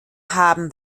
haben